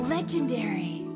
Legendary